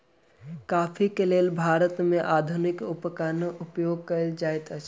coffee के लेल भारत में आधुनिक उपकरण उपयोग कएल जाइत अछि